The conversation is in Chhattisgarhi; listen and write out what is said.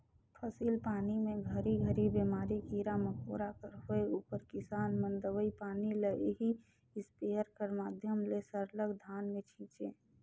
फसिल पानी मे घरी घरी बेमारी, कीरा मकोरा कर होए उपर किसान मन दवई पानी ल एही इस्पेयर कर माध्यम ले सरलग धान मे छीचे